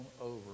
over